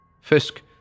Fisk